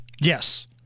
Yes